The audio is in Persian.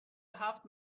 هفت